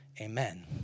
amen